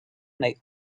may